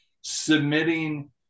submitting